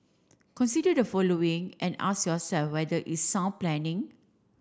consider the following and ask yourself whether it's sound planning